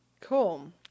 cool